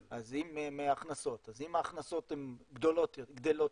מההכנסות, אז אם ההכנסות גדלות